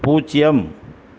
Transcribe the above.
பூஜ்ஜியம்